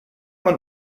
man